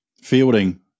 Fielding